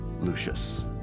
Lucius